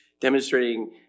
demonstrating